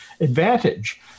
advantage